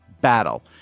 battle